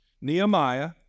Nehemiah